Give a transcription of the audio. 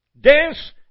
Dance